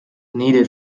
needed